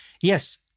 Yes